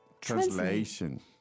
Translation